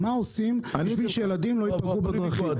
מה עושים כדי שילדים לא ייפגעו בדרכים?